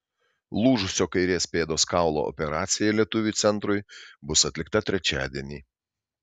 lūžusio kairės pėdos kaulo operacija lietuviui centrui bus atlikta trečiadienį